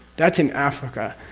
that's in africa,